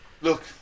Look